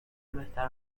بهتر